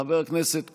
חבר הכנסת קושניר,